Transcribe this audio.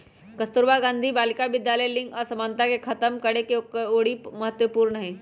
कस्तूरबा गांधी बालिका विद्यालय लिंग असमानता के खतम करेके ओरी महत्वपूर्ण हई